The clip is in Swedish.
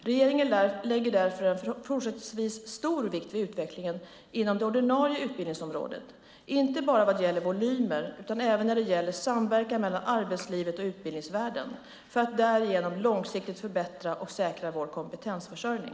Regeringen lägger därför även fortsättningsvis stor vikt vid utvecklingen inom det ordinarie utbildningsområdet, inte bara vad gäller volymer utan även när det gäller samverkan mellan arbetslivet och utbildningsvärlden, för att därigenom långsiktigt förbättra och säkra vår kompetensförsörjning.